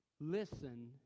Listen